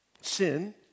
Sin